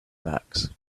backs